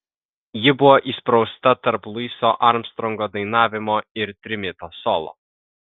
ji buvo įsprausta tarp luiso armstrongo dainavimo ir trimito solo